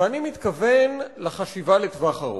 ואני מתכוון לחשיבה לטווח ארוך.